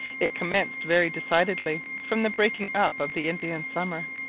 it commenced very decidedly from the breaking up of the indian summer.